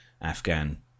Afghan